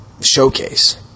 showcase